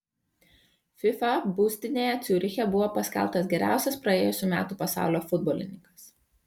fifa būstinėje ciuriche buvo paskelbtas geriausias praėjusių metų pasaulio futbolininkas